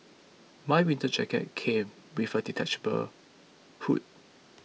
my winter jacket came with a detachable hood